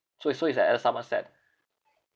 so is so is at the somerset